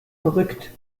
verrückt